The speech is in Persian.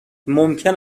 ممکن